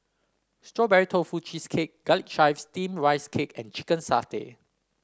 Strawberry Tofu Cheesecake Garlic Chives Steamed Rice Cake and Chicken Satay